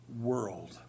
world